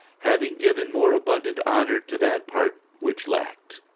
having given more abundant honour to that part which lacked.